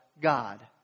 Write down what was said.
God